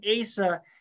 Asa